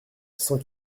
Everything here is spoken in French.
sans